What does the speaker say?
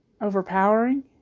overpowering